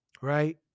right